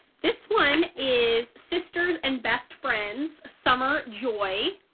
this one is sisters and best friends summer joy,